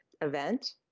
event